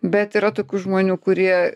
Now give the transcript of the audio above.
bet yra tokių žmonių kurie